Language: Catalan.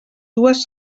dues